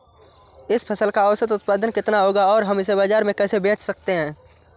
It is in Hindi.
इस फसल का औसत उत्पादन कितना होगा और हम इसे बाजार में कैसे बेच सकते हैं?